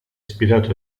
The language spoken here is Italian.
ispirato